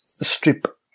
strip